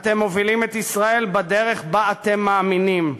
אתם מובילים את ישראל בדרך שבה אתם מאמינים.